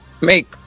make